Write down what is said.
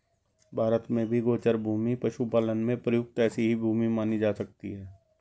भारत में भी गोचर भूमि पशुपालन में प्रयुक्त ऐसी ही भूमि मानी जा सकती है